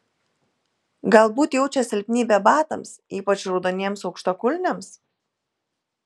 galbūt jaučia silpnybę batams ypač raudoniems aukštakulniams